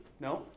No